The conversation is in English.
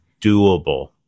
doable